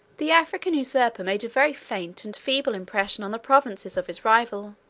the african usurper made a very faint and feeble impression on the provinces of his rival.